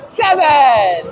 seven